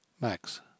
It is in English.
max